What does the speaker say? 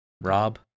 Rob